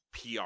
PR